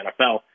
NFL